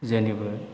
जेनिबो